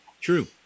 True